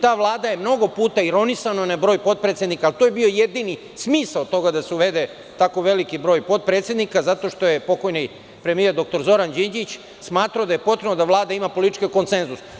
Ta vlada je mnogo puta ironisano na broj potpredsednika, ali to je bio jedini smisao toga da se uvede tako veliki broj potpredsednika, zato što je pokojni premijer dr Zoran Đinđić smatrao da je potrebno da Vlada ima politički konsenzus.